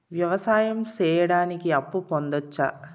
వ్యవసాయం సేయడానికి అప్పు పొందొచ్చా?